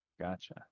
Gotcha